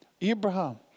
Abraham